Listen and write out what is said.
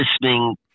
listening